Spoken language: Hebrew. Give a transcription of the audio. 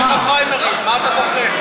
אין לך פריימריז, מה אתה בוכה?